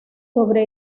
sobre